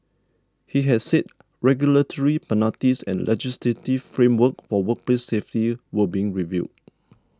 he had said regulatory penalties and legislative framework for workplace safety were being reviewed